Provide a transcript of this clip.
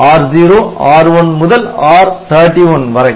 R0 R1 முதல் R31 வரை